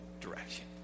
direction